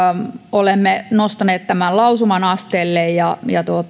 olemme nostaneet tämän lausuman asteelle ja